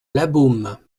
labeaume